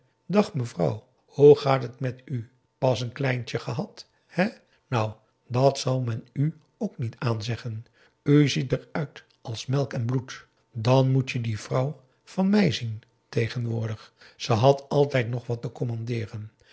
dag mevrouw hoe gaat het met u pas n kleintje gehad hè nou dat zou men u ook niet aanzeggen u ziet er uit als melk en bloed dan moet je die vrouw van mij zien tegenwoordig ze had altijd nogal wat te commandeeren